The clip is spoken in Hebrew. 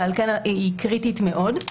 ועל כן היא קריטית מאוד.